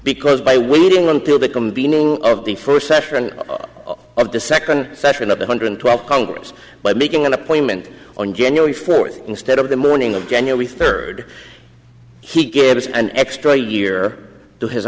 because by waiting until the convening of the first session of the second session of one hundred twelve congress by making an appointment on january fourth instead of the morning of january third he gives an extra year to his